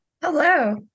Hello